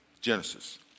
Genesis